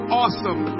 awesome